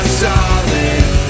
solid